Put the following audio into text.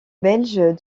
belge